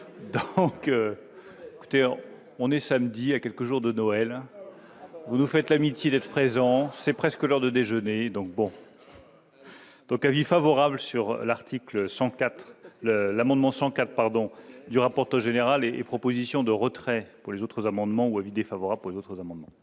d'ailleurs, on est samedi, à quelques jours de Noël, on nous fait l'amitié d'être présent, c'est presque l'heure de déjeuner donc bon. Donc, avis favorable sur l'article 104 l'amendement 104 pardon du rapporteur général et les propositions de retrait pour les autres amendements ou avis défavorable d'autres amendements.